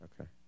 Okay